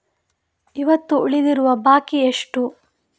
ಇವತ್ತು ಉಳಿದಿರುವ ಬಾಕಿ ಎಷ್ಟು?